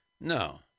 No